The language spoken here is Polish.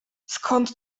skąd